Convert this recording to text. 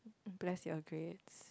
bless your grades